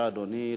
אדוני.